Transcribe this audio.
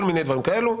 כל מיני דברים כאלה,